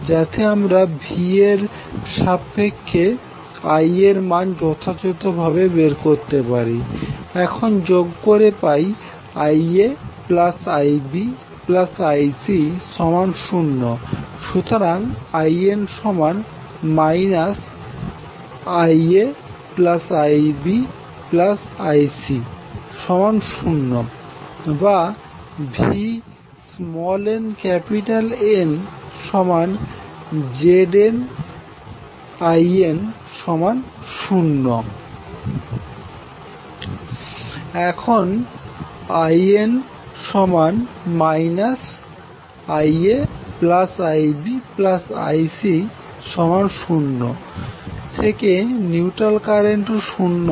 যাতে আমরা Va এর সাপেক্ষে Ia মান যথাযথভাবে বের করতে পারি এখন যোগ করে পাই IaIbIc0 সুতরাং In IaIbIc0 বা VnNZnIn0 এখনIn IaIbIc0 থেকে নিউট্রাল কারেন্ট ও শূন্য হবে